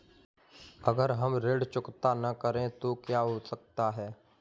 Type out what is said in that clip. अगर हम ऋण चुकता न करें तो क्या हो सकता है?